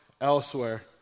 elsewhere